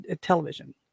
television